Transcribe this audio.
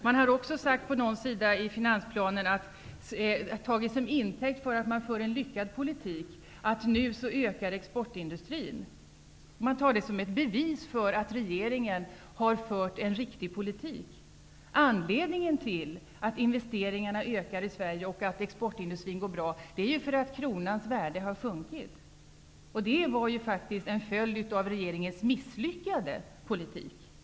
Det står också på en sida i finansplanen att det har tagits till intäkt för att man för en lyckad politik att exportindustrin nu ökar. Man har tagit det som ett bevis för att regeringen har fört en riktig politik. Anledningen till att investeringarna ökar i Sverige och att exportindustrin går bra är att kronans värde har sjunkit. Det var faktiskt en följd av regeringens misslyckade politik.